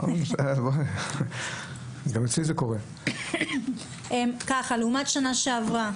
איך זה לעומת שנה שעברה?